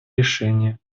решения